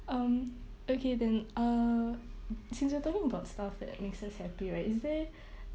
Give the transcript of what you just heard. um okay then uh since we're talking about stuff that makes us happy right is there